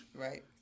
Right